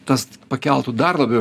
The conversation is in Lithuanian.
tas pakeltų dar labiau